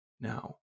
Now